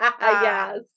Yes